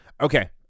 okay